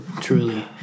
truly